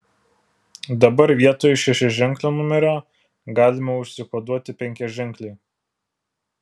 dabar vietoj šešiaženklio numerio galima užsikoduoti penkiaženklį